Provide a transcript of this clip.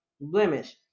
blemish